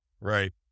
Right